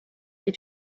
est